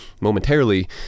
momentarily